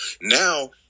now